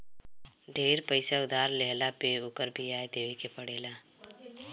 ढेर पईसा उधार लेहला पे ओकर बियाजो देवे के पड़ेला